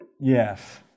Yes